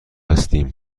هستیم